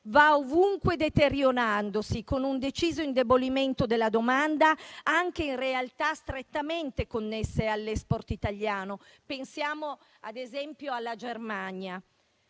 va ovunque deteriorandosi, con un deciso indebolimento della domanda, in realtà strettamente connessa anche all'*export* italiano (pensiamo ad esempio alla Germania).